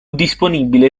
disponibile